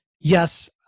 yes